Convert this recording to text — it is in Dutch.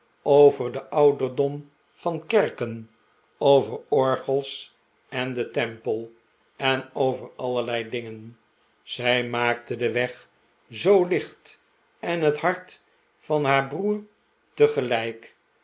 over den ouderdom van kerken over orgels en den temple en over allerlei dingen zij maakte den weg zoo licht en het hart van haar broer